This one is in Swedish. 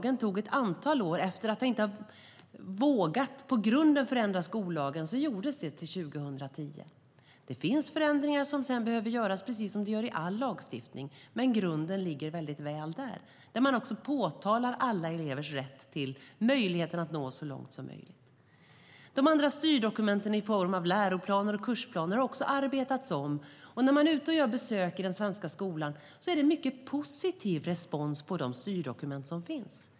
Efter att man inte vågat att från grunden förändra skollagen gjordes det 2010. Det finns förändringar som sedan behöver göras, precis som i all lagstiftning. Men grunden ligger väldigt väl där. Där påpekar man alla elevers rätt till möjligheten att nå så långt som möjligt. De andra styrdokumenten i form av läroplaner och kursplaner har också arbetats om. När man gör besök i den svenska skolan ser man att det är en mycket positiv respons på de styrdokument som finns.